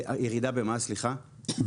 ירידה במה, סליחה.